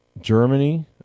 Germany